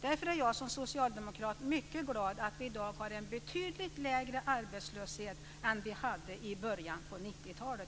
Därför är jag som socialdemokrat mycket glad över att vi i dag har en betydligt lägre arbetslöshet än vi hade i början av 90-talet.